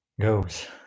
goes